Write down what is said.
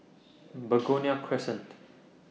Begonia Crescent